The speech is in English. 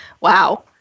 Wow